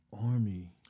army